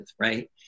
right